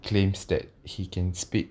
claims that he can speak